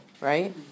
right